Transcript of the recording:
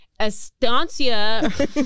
Estancia